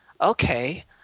Okay